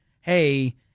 hey